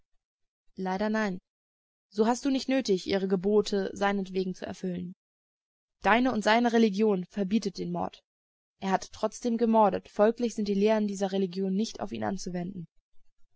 leider nein so hast du nicht nötig ihre gebote seinetwegen zu erfüllen deine und seine religion verbietet den mord er hat trotzdem gemordet folglich sind die lehren dieser religion nicht auf ihn anzuwenden